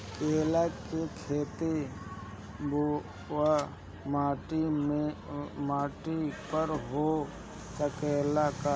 केला के खेती बलुआ माटी पर हो सकेला का?